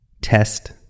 test